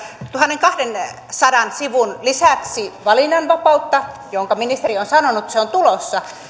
tuhannenkahdensadan sivun lisäksi valinnanvapautta josta ministeri on sanonut että se on tulossa